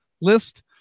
list